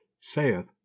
saith